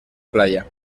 playa